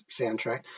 soundtrack